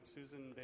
Susan